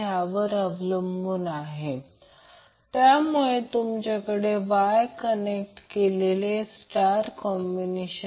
आणि जर त्याचप्रमाणे a दिसला तर त्याचप्रमाणे b आणि नंतर त्याचप्रमाणे c या सर्व तीन एकत्र आले आणि हे संख्यात्मक तयार झाले